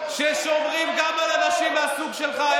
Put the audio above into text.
ששומרים גם על אנשים מהסוג שלך.